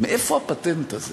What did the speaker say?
מאיפה הפטנט הזה